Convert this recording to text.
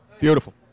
Beautiful